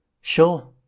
Sure